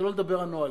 שלא לדבר הנוהלי.